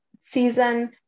season